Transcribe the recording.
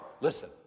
Listen